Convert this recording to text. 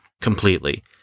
completely